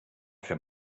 für